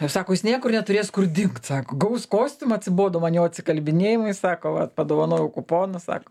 ir sako jis niekur neturės kur dingt sako gaus kostiumą atsibodo man jo atsikalbinėjimai sako vat padovanojau kuponą sako